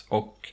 och